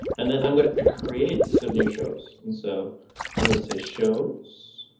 and then i'm going to create some new shows and so i'm going to say shows.